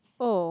oh